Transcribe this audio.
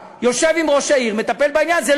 יושב עם ראש העיר, והוא מטפל בעניין הזה.